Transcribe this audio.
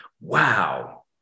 wow